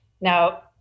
Now